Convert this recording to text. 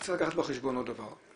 צריך לקחת בחשבון עוד דבר,